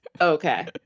Okay